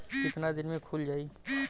कितना दिन में खुल जाई?